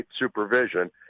supervision